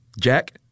Jack